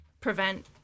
prevent